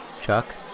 Chuck